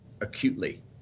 acutely